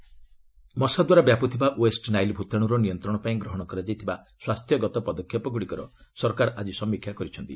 govt Nile virus ମସା ଦ୍ୱାରା ବ୍ୟାପୁଥିବା ୱେଷ୍ଟ ନାଇଲ୍ ଭୂତାଣୁର ନିୟନ୍ତ୍ରଣ ପାଇଁ ଗ୍ରହଣ କରାଯାଇଥିବା ସ୍ୱାସ୍ଥ୍ୟଗତ ପଦକ୍ଷେପଗୁଡ଼ିକର ସରକାର ଆଜି ସମୀକ୍ଷା କରିଛନ୍ତି